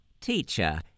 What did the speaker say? Teacher